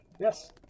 yes